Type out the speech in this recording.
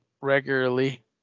regularly